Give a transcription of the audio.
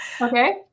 Okay